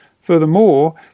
Furthermore